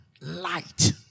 Light